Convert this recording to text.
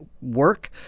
work